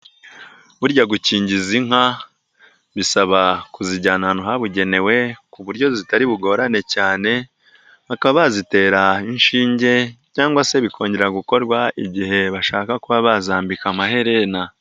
Burya gukingiza inka bisaba kuzijyana ahantu habugenewe ku buryo zitari bugorane cyane, bakaba bazitera inshinge cyangwa se bikongera gukorwa igihe bashaka kuba bazambika amaherena.